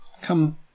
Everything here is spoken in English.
come